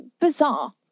bizarre